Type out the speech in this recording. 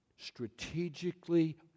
strategically